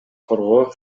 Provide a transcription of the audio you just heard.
коргоо